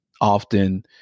often